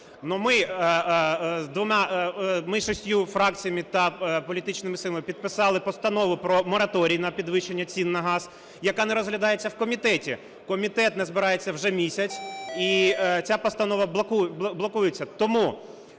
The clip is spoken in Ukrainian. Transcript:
шістьма фракціями та політичними силами підписали Постанову про мораторій на підвищення цін на газ, яка не розглядається в комітеті. Комітет не збирається вже місяць і ця постанова блокується.